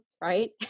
right